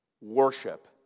Worship